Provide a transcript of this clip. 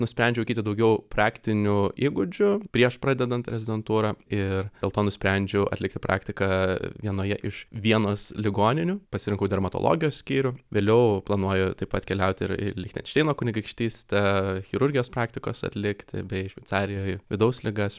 nusprendžiau įgyti daugiau praktinių įgūdžių prieš pradedant rezidentūrą ir dėl to nusprendžiau atlikti praktiką vienoje iš vienos ligoninių pasirinkau dermatologijos skyrių vėliau planuoju taip pat keliauti ir į lichtenšteino kunigaikštystę chirurgijos praktikos atlikti bei šveicarijoj vidaus ligas